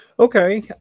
Okay